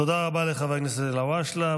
תודה רבה לחבר הכנסת אלהואשלה.